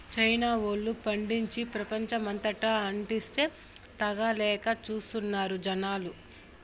China వోల్లు పండించి, ప్రపంచమంతటా అంటిస్తే, తాగలేక చస్తున్నారు జనాలు